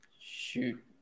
Shoot